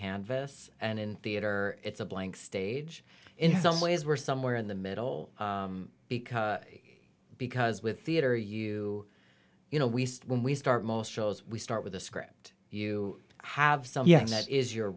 canvas and in theater it's a blank stage in some ways we're somewhere in the middle because because with the it are you you know we when we start most shows we start with a script you have some yes that is your